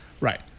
Right